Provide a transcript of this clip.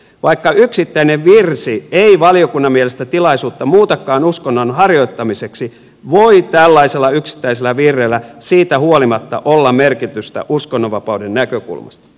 vaikka yksittäinen virsi ei valiokunnan mielestä tilaisuutta muutakaan uskonnon harjoittamiseksi voi tällaisella yksittäisellä virrellä siitä huolimatta olla merkitystä uskonnonvapauden näkökulmasta